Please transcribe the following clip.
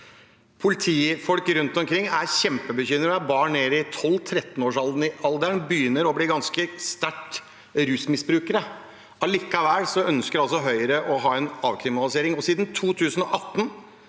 Politifolk rundt omkring er kjempebekymret. Barn ned i 12–13-årsalderen begynner å bli ganske tunge rusmisbrukere. Allikevel ønsker Høyre en avkriminalisering.